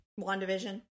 WandaVision